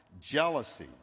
jealousy